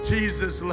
Jesus